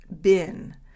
bin